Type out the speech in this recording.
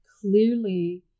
clearly